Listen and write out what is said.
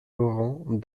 laurent